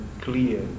clear